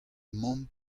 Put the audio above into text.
mamm